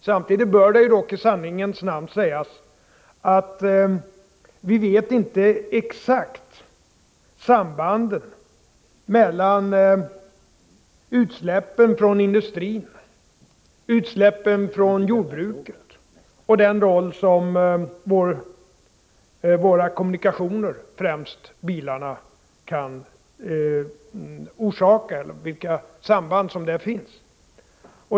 Samtidigt bör det dock i sanningens namn sägas att vi inte exakt vet vilka samband som kan finnas mellan utsläppen från industrin och från jordbruket liksom inte heller vilken roll utsläppen från våra kommunikationsmedel, främst bilarna, kan spela i detta sammanhang.